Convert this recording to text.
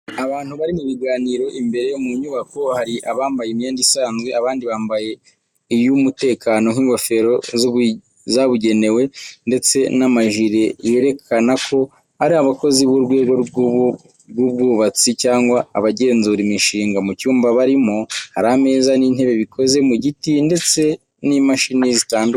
Abantu bari mu biganiro imbere mu nyubako. Hari abambaye imyenda isanzwe, abandi bambaye iy’umutekano nk’ingofero zabugenewe ndetse n’amajire yerekana ko ari abakozi b’urwego rw’ubwubatsi cyangwa abagenzura imishinga. Mu cyumba barimo hari ameza n'intebe bikoze mu giti ndetse n'imashini zitandukanye.